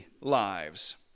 lives